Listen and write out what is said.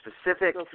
specific